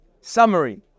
Summary